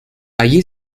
allí